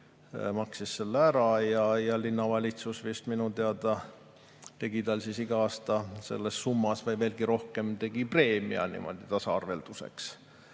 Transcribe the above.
maksis selle ära ja linnavalitsus minu teada maksis talle iga aasta selles summas või veelgi rohkem preemiat niimoodi tasaarvelduseks.